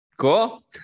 Cool